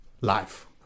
Life